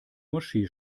moschee